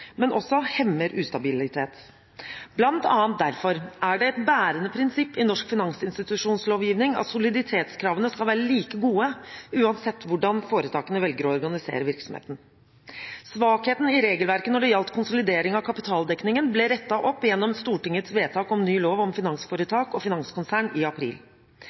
men også hemmer ustabilitet. Blant annet derfor er det et bærende prinsipp i norsk finansinstitusjonslovgivning at soliditetskravene skal være like gode uansett hvordan foretakene velger å organisere virksomheten. Svakheten i regelverket når det gjaldt konsolidering av kapitaldekningen, ble rettet opp gjennom Stortingets vedtak om ny lov om finansforetak og finanskonsern i april.